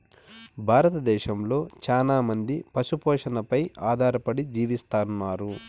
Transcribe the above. భారతదేశంలో చానా మంది పశు పోషణపై ఆధారపడి జీవిస్తన్నారు